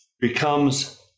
becomes